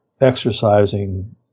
exercising